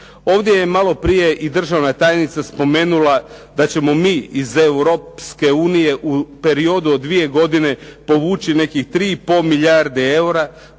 Ovdje je maloprije i državna tajnica spomenula da ćemo mi iz Europske unije u periodu od dvije godine povući nekih 3 i pol milijarde eura,